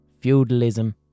feudalism